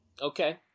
Okay